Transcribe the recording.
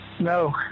No